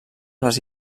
les